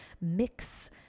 mix